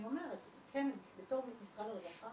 אני אומרת שכן בתור משרד הרווחה